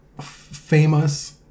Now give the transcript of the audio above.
famous